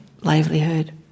livelihood